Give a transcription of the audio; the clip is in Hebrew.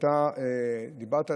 ואתה דיברת,